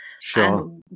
Sure